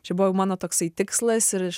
čia buvo jau mano toksai tikslas ir aš